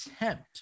attempt